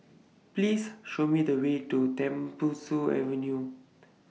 Please Show Me The Way to Tembusu Avenue